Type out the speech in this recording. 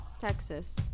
Texas